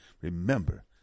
Remember